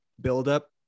build-up